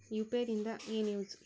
UPI ದಿಂದ ಏನು use?